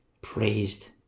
praised